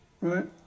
Right